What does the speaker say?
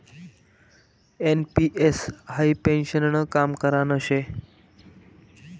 NPS हाई पेन्शननं काम करान शे